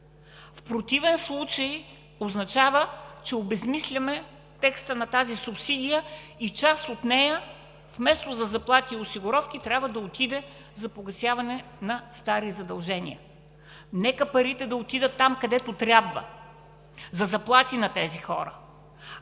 В противен случай означава, че обезсмисляме текста на тази субсидия и част от нея, вместо за заплати и осигуровки, трябва да отиде за погасяване на стари задължения. Нека парите да отидат там, където трябва – за заплати на тези хора,